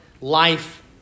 life